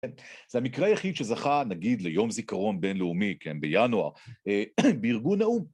זה המקרה היחיד שזכה, נגיד, ליום זיכרון בינלאומי, כן? בינואר, בארגון האו״ם